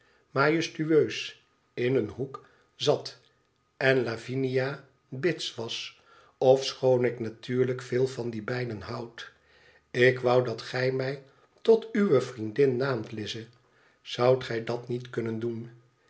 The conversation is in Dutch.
majestueus in een hoek zat en lavinia bits was ofschoon ik natuiu'lijk veel van die beiden houd ik wou dat gij mij tot uwe vriendin naamt lize zoudt gij dat niet kunnen doen